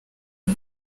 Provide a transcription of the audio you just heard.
aho